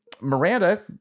Miranda